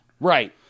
Right